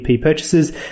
purchases